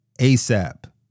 ASAP